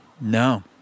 No